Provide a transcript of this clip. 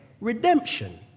redemption